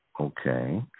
Okay